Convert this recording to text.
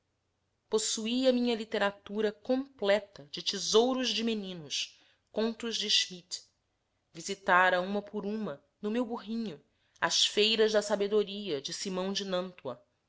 possuía minha literatura completa de tesouros de meninos contos de schmidt visitara uma por uma no meu burrinho as feiras da sabedoria de simão